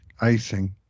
icing